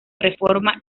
reforma